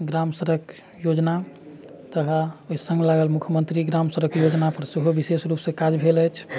ग्राम सड़क योजना तहन ओहि सङ्ग लागल मुख्यमंत्री ग्राम सड़क योजना पर सेहो विशेष रूपसँ काज भेल अछि